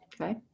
Okay